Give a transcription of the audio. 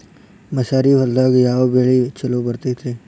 ಮಸಾರಿ ಹೊಲದಾಗ ಯಾವ ಬೆಳಿ ಛಲೋ ಬರತೈತ್ರೇ?